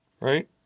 Right